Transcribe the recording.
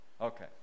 okay